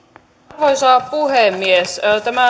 arvoisa puhemies tämä